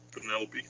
Penelope